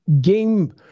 game